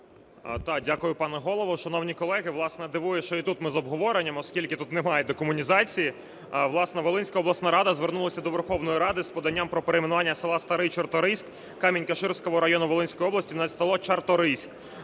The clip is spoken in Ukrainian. Да. Дякую, пане Голово. Шановні колеги, власне, дивує, що і тут ми з обговоренням, оскільки тут немає декомунізації. Власне, Волинська обласна рада звернулася до Верховної Ради з поданням про перейменування села Старий Чорторийськ Камінь-Каширського району Волинської області на село Чарторийськ.